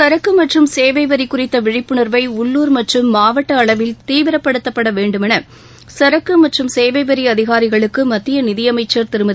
சரக்கு மற்றும் சேவைவரி குறித்த விழிப்புணர்வை உள்ளூர் மற்றும் மாவட்ட அளவில் தீவிரப்படுத்தப்பட வேண்டுமௌ சரக்கு சேவைவரி அதிகாரிகளுக்கு மத்திய நிதியமைச்சா் திருமதி